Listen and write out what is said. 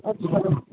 ਅੱਛਾ ਜੀ